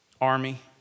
army